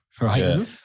Right